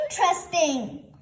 Interesting